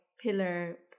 pillar